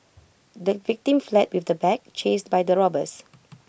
the victim fled with the bag chased by the robbers